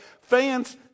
fans